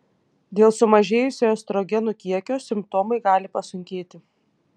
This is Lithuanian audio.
dėl sumažėjusio estrogenų kiekio simptomai gali pasunkėti